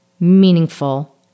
meaningful